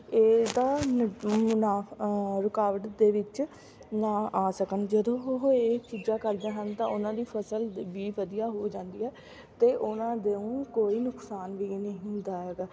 ਇਹਦਾ ਮੁ ਮੁਨਾਫ਼ਾ ਰੁਕਾਵਟ ਦੇ ਵਿੱਚ ਨਾ ਆ ਸਕਣ ਜਦੋਂ ਉਹ ਇਹ ਚੀਜ਼ਾਂ ਕਰਦੇ ਹਨ ਤਾਂ ਉਹਨਾਂ ਦੀ ਫਸਲ ਵੀ ਵਧੀਆ ਹੋ ਜਾਂਦੀ ਹੈ ਅਤੇ ਉਹਨਾਂ ਦੇਉ ਕੋਈ ਨੁਕਸਾਨ ਵੀ ਨਹੀਂ ਹੁੰਦਾ ਹੈਗਾ